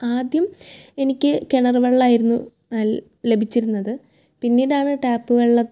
ആദ്യം എനിക്ക് കിണർ വെള്ളമായിരുന്നു നൽ ലഭിച്ചിരുന്നത് പിന്നീടാണ് ടാപ്പ് വെള്ളം